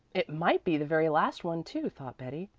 it might be the very last one too, thought betty.